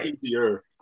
easier